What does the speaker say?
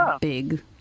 big